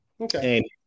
Okay